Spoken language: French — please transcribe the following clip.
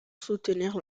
soutenir